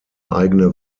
eigene